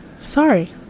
SORRY